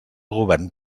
govern